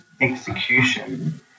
execution